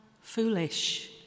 foolish